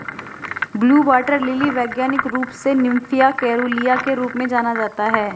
blue water lily वैज्ञानिक रूप से निम्फिया केरूलिया के रूप में जाना जाता है